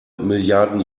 milliarden